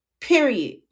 Period